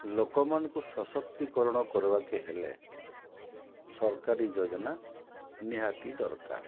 ଲୋକମାନଙ୍କୁ ସଶକ୍ତିକରଣ କର୍ବାକେ ହେଲେ ସରକାରୀ ଯୋଜନା ନିହାତି ଦର୍କାର୍